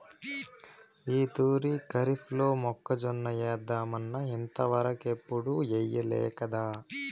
ఈ తూరి కరీఫ్లో మొక్కజొన్న ఏద్దామన్నా ఇంతవరకెప్పుడూ ఎయ్యలేకదా